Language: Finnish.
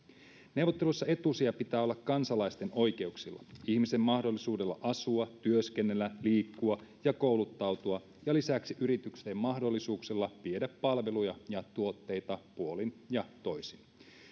neuvotteluissa etusijan pitää olla kansalaisten oikeuksilla ihmisen mahdollisuudella asua työskennellä liikkua ja kouluttautua ja lisäksi yritysten mahdollisuuksilla viedä palveluja ja tuotteita puolin ja toisin